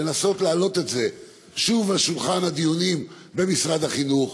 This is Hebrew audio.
לנסות להעלות את זה שוב על שולחן הדיונים במשרד החינוך.